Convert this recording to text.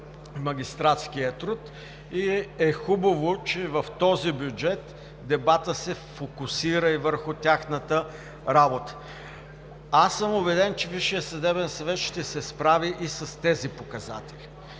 магистратския труд и е хубаво, че в този бюджет дебатът се фокусира и върху тяхната работа. Убеден съм, че Висшият съдебен съвет ще се справи и с тези показатели.